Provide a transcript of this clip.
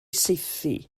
saethu